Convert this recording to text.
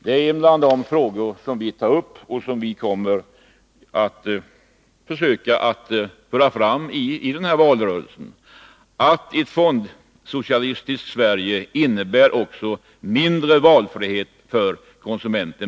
Det är en av de frågor som vi kommer att föra fram i valrörelsen. Ett fondsocialistiskt Sverige innebär på sikt mindre valfrihet för konsumenten.